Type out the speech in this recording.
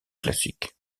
classiques